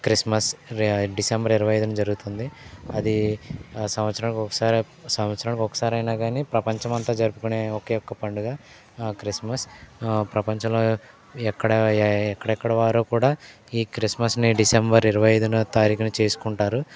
Christmas రే December ఇరవై ఐదున జరుగుతుంది అది సంవత్సరానికి ఒక్కసారి సంవత్సరానికి ఒక్కసారైనా కాని ప్రపంచం అంతా జరుపుకునే ఒకే ఒక్క పండుగ క్రిస్మస్ ప్రపంచంలో ఎక్కడా ఎక్కడెక్కడోవారో కూడా ఈ క్రిస్మస్ని డిసెంబర్ ఇరవై ఐదున తారీఖున చేసుకుంటారు